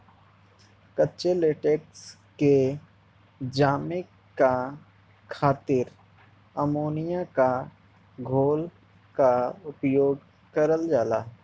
कच्चे लेटेक्स के जमे क खातिर अमोनिया क घोल क उपयोग करल जाला